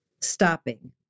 stopping